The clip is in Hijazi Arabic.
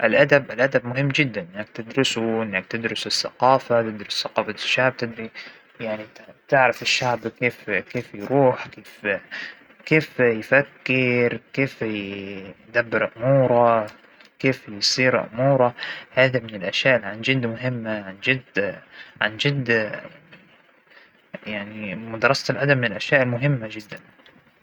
مهم جداً ندرس التاريخ ونعرف اش الأخطاء الى صارت فى الماضى ونحاول نتجنبها الحين، نعرف كيف الدول سقطت وكيف الممالك راحت وكيف إنشات ممالك جديدة، ايش هى نقاط الضعف ونقاط القوة، نتجنب الأخطاء الموجودة بالتاريخ بنعرف وين كنا ووين نبى نكون، وكيف صرنا الحين.